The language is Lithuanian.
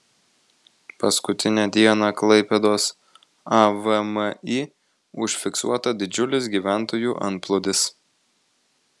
paskutinę dieną klaipėdos avmi užfiksuota didžiulis gyventojų antplūdis